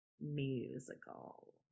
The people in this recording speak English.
musical